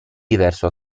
diverso